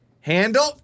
handle